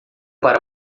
para